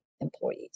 employees